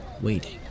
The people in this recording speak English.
waiting